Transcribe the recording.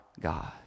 God